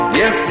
yes